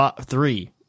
three